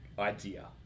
idea